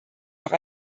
auch